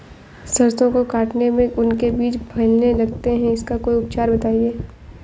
सरसो को काटने में उनके बीज फैलने लगते हैं इसका कोई उपचार बताएं?